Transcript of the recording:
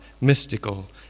mystical